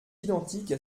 identique